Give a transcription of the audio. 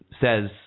says